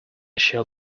shall